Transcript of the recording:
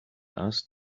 asked